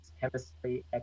Chemistry